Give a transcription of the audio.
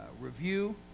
review